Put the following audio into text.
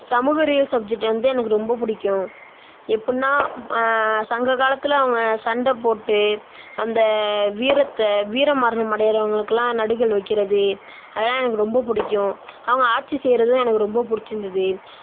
சமூக அறிவியல் சப்ஜக்ட் வந்து எனக்கு ரொம்ப பிடிக்கும் எப்படின்னா சங்க காலத்தில் அவங்க சண்டைப்போட்டு அந்த வீரத்தை வீரமரணம் அடைகிறவங்களுக்குலாம் நடுக்கல் வைக்கிறது அதெலாம் எனக்கு ரொம்ப பிடிக்கும் அவங்க ஆட்சி செய்கிறதும் எனக்கு ரொம்ப பிடிச்சிருந்துது